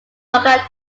longer